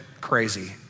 crazy